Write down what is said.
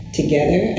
together